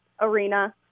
arena